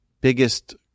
biggest